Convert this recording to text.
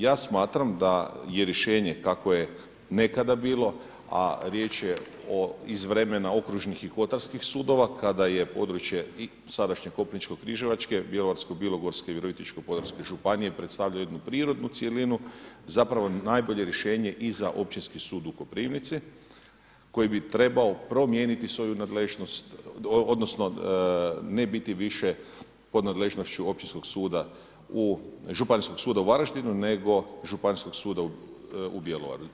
Ja smatram da je rješenje kako je nekada bilo, a riječ je iz vremena okružnih i kotarskih sudova kada je područje i sadašnje Koprivničko-križevačke, Bjelovarsko-bilogorske i Virovitičko-podravske županije predstavljalo jednu prirodnu cjelinu zapravo najbolje rješenje i za općinski sud u Koprivnici koji bi trebao promijeniti svoju nadležnost, odnosno ne biti više pod nadležnošću Općinskog suda u Županijskog suda u Varaždinu nego Županijskog suda u Bjelovaru.